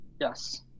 yes